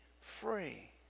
free